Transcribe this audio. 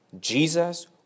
Jesus